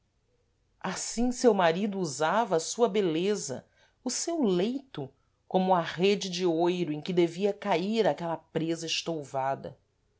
assim seu marido usava a sua beleza o seu leito como a rêde de oiro em que devia caír aquela prêsa estouvada